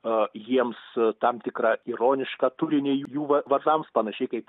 a jiems tam tikrą ironišką turinį jų va vardams panašiai kaip